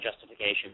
justification